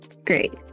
Great